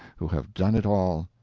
who have done it all.